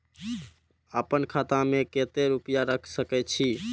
आपन खाता में केते रूपया रख सके छी?